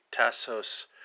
Tassos